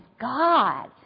God